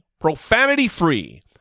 profanity-free